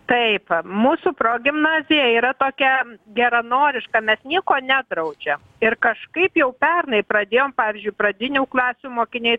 taip mūsų progimnazija yra tokia geranoriška mes nieko nedraudžiam ir kažkaip jau pernai pradėjom pavyzdžiui pradinių klasių mokiniai